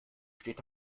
steht